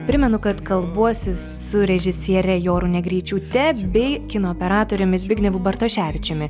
primenu kad kalbuosi su režisiere jorūne greičiūte bei kino operatoriumi zbignevu bartoševičiumi